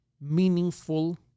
meaningful